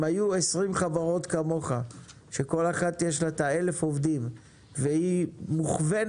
אם היו 20 חברות כמוך שכל אחת יש לה את ה-1,000 עובדים והיא מוכוונת